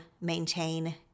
maintain